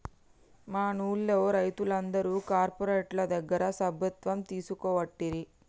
మనూళ్లె రైతులందరు కార్పోరేటోళ్ల దగ్గర సభ్యత్వం తీసుకోవట్టిరి